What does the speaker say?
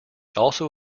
also